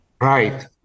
Right